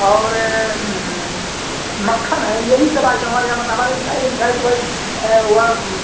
और क्या मक्खन है यही सब आइटम हमारे यहाँ बनता हमारे यहाँ मिठाई नहीं मिठाई तो भई वा